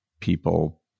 people